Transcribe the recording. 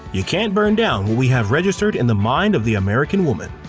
you can't burn down what we have registered in the mind of the american woman.